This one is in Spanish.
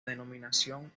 denominación